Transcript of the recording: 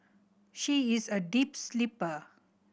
she is a deep sleeper